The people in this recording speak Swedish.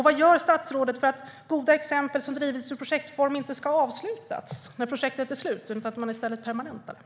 Vad gör statsrådet för att goda exempel som har drivits i projektform inte ska avslutas när projektet är slut utan i stället permanentas?